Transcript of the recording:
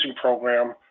program